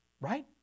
Right